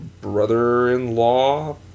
brother-in-law